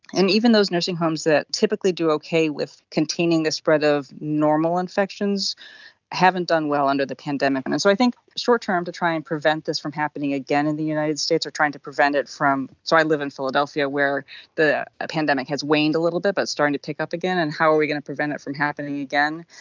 and even those nursing homes that typically do okay with containing the spread of normal infections haven't done well under the pandemic. and and so i think short-term to try and prevent this from happening again in the united states or trying to prevent it from, so i live in philadelphia where the pandemic has waned a little bit but it's starting to pick up again and how are we going to prevent it from happening again?